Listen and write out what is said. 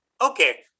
Okay